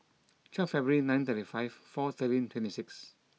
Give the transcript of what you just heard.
twelve February nineteen thirty five four thirteen twenty six